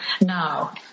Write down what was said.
now